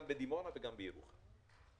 גם בדימונה וגם בירוחם.